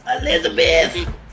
Elizabeth